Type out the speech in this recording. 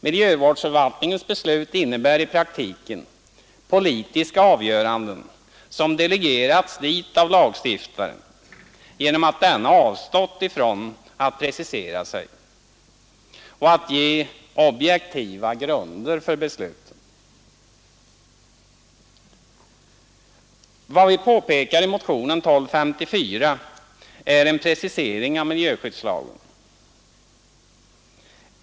Miljövårdsförvaltningens beslut innebär i praktiken politiska avgöranden som delegerats dit av lagstiftaren genom att denne avstått från att precisera sig och ange objektiva grunder för besluten. Vad vi yrkar i motionen 1254 är en precisering av miljöskyddslagen.